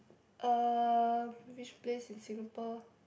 uh which place in Singapore